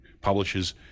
publishes